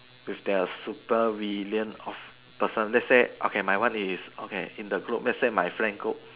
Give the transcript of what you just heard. with their super villain of person let's say okay my one is okay in a group let's say my friend go